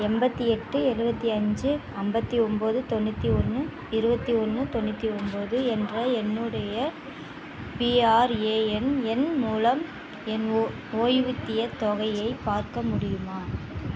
எண்பத்தி எட்டு எழுவத்தி அஞ்சு ஐம்பத்தி ஒம்போது தொண்ணூற்றி ஒன்று இருபத்தி ஒன்று தொண்ணூற்றி ஒம்போது என்ற என்னுடைய பிஆர்ஏஎன் எண் மூலம் என் ஓய்வூதியத் தொகையை பார்க்க முடியுமா